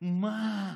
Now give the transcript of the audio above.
מה,